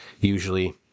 usually